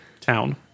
town